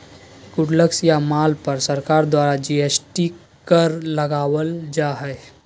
goods या माल पर सरकार द्वारा जी.एस.टी कर लगावल जा हय